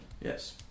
yes